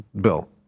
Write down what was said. Bill